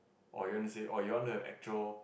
or you want to say or you want to have actual